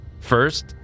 first